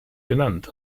genannt